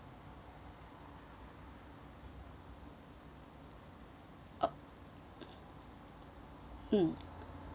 uh mm